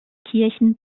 kirchen